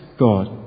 God